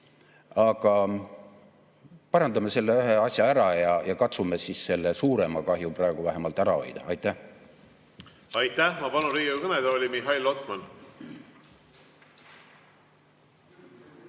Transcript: Aga parandame selle ühe asja ära ja katsume siis selle suurema kahju praegu vähemalt ära hoida. Aitäh! Aitäh! Ma palun Riigikogu kõnetooli Mihhail Lotmani.